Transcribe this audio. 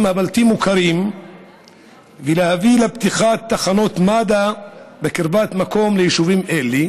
הבלתי-מוכרים ולהביא לפתיחת תחנות מד"א בקרבת מקום ליישובים אלו,